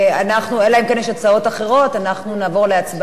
אנחנו נעבור להצבעה, מי שבעד הוא בעד ועדה.